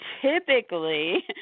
typically